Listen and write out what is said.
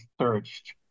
searched